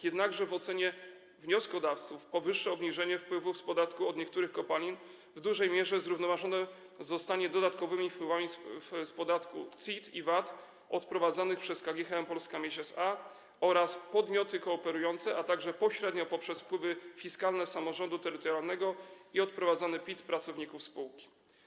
Jednakże w ocenie wnioskodawców powyższe obniżenie wpływów z podatku od niektórych kopalin w dużej mierze zrównoważone zostanie dodatkowymi wpływami z podatków CIT i VAT odprowadzanych przez KGHM Polska Miedź SA oraz podmioty kooperujące, a także pośrednio poprzez wpływy fiskalne samorządu terytorialnego i odprowadzany PIT pracowników spółki.